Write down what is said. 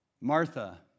Martha